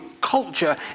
culture